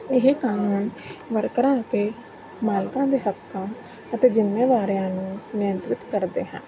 ਇਹ ਕਾਨੂੰਨ ਵਰਕਰਾਂ ਅਤੇ ਮਾਲਕਾਂ ਦੇ ਹੱਕਾਂ ਅਤੇ ਜ਼ਿੰਮੇਵਾਰੀਆਂ ਨੂੰ ਨਿਯੰਤਰਿਤ ਕਰਦੇ ਹਨ